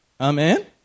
Amen